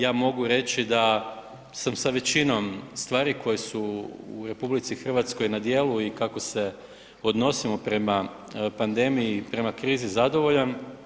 Ja mogu reći da sam sa većinom stvari koje su RH na djelu i kako se odnosimo prema pandemiji i prema krizi zadovoljan.